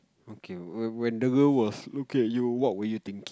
okay when when the girl was okay you what were you thinking